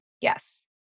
yes